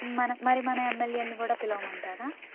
మన మరి మన ఎంఎల్ఏలని కూడా పిలవమంటారా